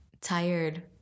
tired